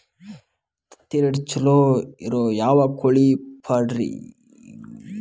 ತತ್ತಿರೇಟ್ ಛಲೋ ಇರೋ ಯಾವ್ ಕೋಳಿ ಪಾಡ್ರೇ?